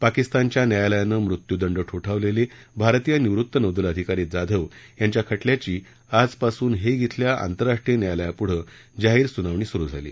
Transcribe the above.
पाकिस्तानच्या न्यायालयानं मृत्यूदंड ठोठावलेले भारतीय निवृत्त नौदल अधिकारी जाधव यांच्या खटल्याची आजपासून हेग इथल्या आतंरराष्ट्रीय न्यायालयापुढे जाहीर सुनावणी सुरु झाली